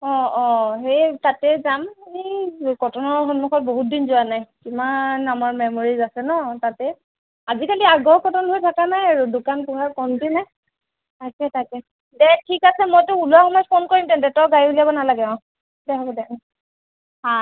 অঁ অঁ হেই তাতেই যাম এই কটনৰ সন্মুখত বহুতদিন যোৱা নাই কিমান আমাৰ মেমৰিজ আছে ন তাতে আজিকালি আগৰ কটন হৈ থকা নাই আৰু দোকান পোহাৰ কমতি নে তাকে তাকে দে ঠিক আছে মই তোক ওলোৱা সময়ত ফোন কৰিম তেন্তে তই গাড়ী উলিয়াব নালাগে অঁ দে হ'ব দে অঁ